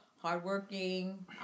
Hardworking